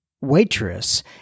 waitress